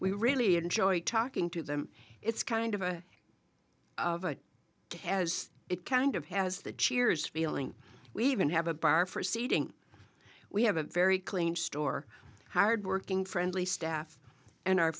we really enjoy talking to them it's kind of a has it kind of has that cheers feeling we even have a bar for seating we have a very clean store hardworking friendly staff and our